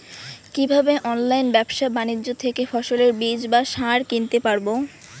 কীভাবে অনলাইন ব্যাবসা বাণিজ্য থেকে ফসলের বীজ বা সার কিনতে পারবো?